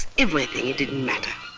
everything, it didn't matter.